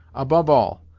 above all,